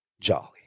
jolly